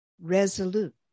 resolute